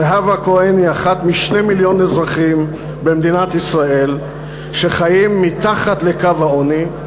זהבה כהן היא אחת מ-2 מיליון אזרחים במדינת ישראל שחיים מתחת לקו העוני.